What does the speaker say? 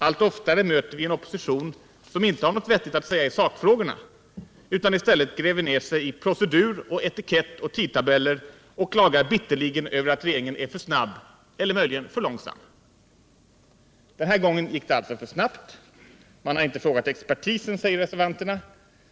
Allt oftare möter vi en opposition som inte har något vettigt att säga i sakfrågorna utan i stället gräver ner sig i procedur och etikett och tidtabeller och klagar bitterligen över att regeringen är för snabb, eller möjligen för långsam. Den här gången gick det alltså för snabbt. Man har inte frågat expertisen, säger reservanterna.